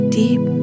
deep